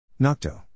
Nocto